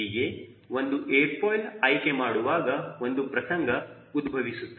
ಹೀಗೆ ಒಂದು airfoil ಆಯ್ಕೆ ಮಾಡುವಾಗ ಒಂದು ಪ್ರಸಂಗ ಉದ್ಭವಿಸುತ್ತದೆ